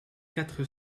quatre